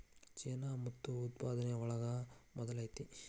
ಚೇನಾ ಮುತ್ತು ಉತ್ಪಾದನೆ ಒಳಗ ಮೊದಲ ಐತಿ